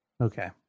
Okay